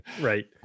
Right